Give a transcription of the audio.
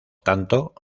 tanto